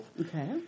Okay